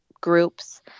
groups